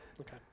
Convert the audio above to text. okay